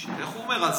איך הוא אומר?